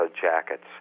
jackets